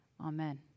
Amen